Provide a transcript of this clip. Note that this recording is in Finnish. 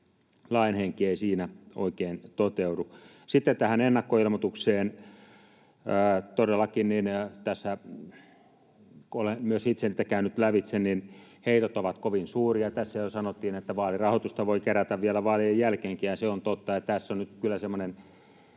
lain henki ei siinä oikein toteudu. Sitten tähän ennakkoilmoitukseen. Todellakin kun olen myös itse niitä käynyt lävitse, niin heitot ovat kovin suuria. Tässä jo sanottiin, että vaalirahoitusta voi kerätä vielä vaalien jälkeenkin, ja se on totta. Tässä on nyt kyllä semmoinen